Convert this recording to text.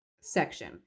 section